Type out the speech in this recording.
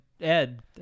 Ed